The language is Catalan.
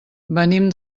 venim